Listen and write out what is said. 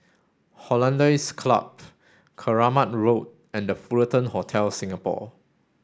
Hollandse Club Keramat Road and The Fullerton Hotel Singapore